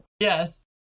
Yes